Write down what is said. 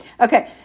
Okay